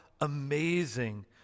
amazing